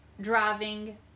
driving